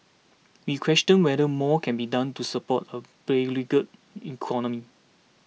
we question whether more can be done to support a beleaguered economy